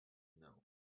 knew